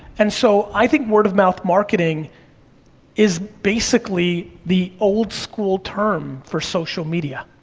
and so, i think word of mouth marketing is basically the old school term for social media.